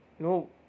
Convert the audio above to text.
No